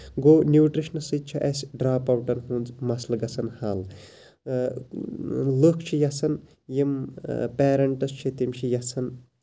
گوٚو نوٗٹرِشن سۭتۍ چھُ اَسہِ ڈراپ اَوٹَن ہُند مَسلہٕ گژھان حَل لوٗکھ چھِ یَژھان یِم پیرینٹٔس چھِ تِم چھِ یَژھان